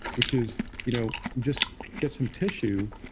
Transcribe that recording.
which is you know just get some tissue